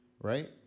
right